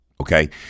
Okay